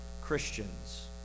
Christians